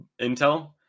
intel